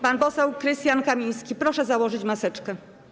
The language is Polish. Pan poseł Krystian Kamiński, proszę założyć maseczkę.